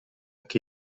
che